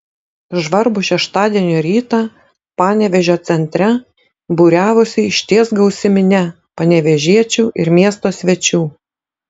žvarbų šeštadienio rytą panevėžio centre būriavosi išties gausi minia panevėžiečių ir miesto svečių